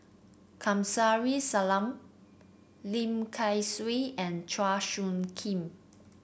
Kamsari Salam Lim Kay Siu and Chua Soo Khim